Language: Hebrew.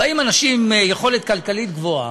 באים אנשים עם יכולת כלכלית גבוהה,